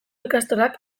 ikastolak